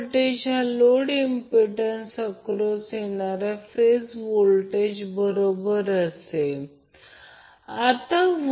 तर हे ∆ आहे म्हणून या प्रकरणात म्हणून मी फक्त थोडे झूम वाढवतो